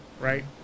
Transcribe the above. right